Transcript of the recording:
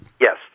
Yes